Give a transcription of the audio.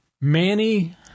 Manny